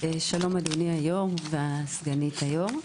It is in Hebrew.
שלום אדוני היושב-ראש וסגנית היושב-ראש.